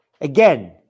Again